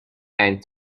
and